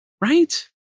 right